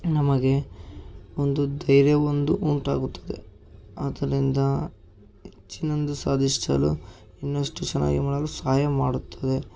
ನಮಗೆ ಒಂದು ಧೈರ್ಯ ಒಂದು ಉಂಟಾಗುತ್ತದೆ ಆದ್ದರಿಂದ ಹೆಚ್ಚಿನದು ಸಾಧಿಸಲು ಇನ್ನಷ್ಟು ಚೆನ್ನಾಗಿ ಮಾಡಲು ಸಹಾಯ ಮಾಡುತ್ತದೆ